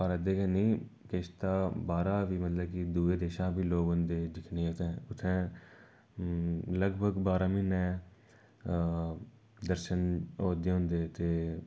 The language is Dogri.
भारत दे गै नेईं किश तां बाह्रा बी मतलब कि दुए देशां दा बी लोक औंदे दिक्खने आस्तै उत्थें लगभग बारां म्हीनै दर्शन होआ दे होंदे ते उत्थैं ते